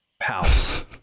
house